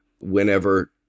whenever